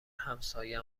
همساین